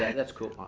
that's cool,